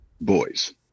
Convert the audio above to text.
boys